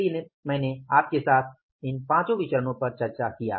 इसलिए मैंने आपके साथ इन 5 विचरणो पर चर्चा किया